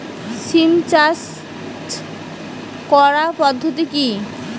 সিম চাষ করার পদ্ধতি কী?